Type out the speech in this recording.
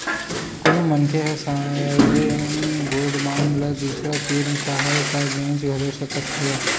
कोनो मनखे ह सॉवरेन गोल्ड बांड ल दूसर तीर चाहय ता बेंच घलो सकत हवय